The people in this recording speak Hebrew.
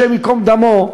השם ייקום דמו,